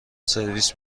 سرویس